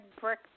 brick